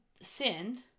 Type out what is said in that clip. sin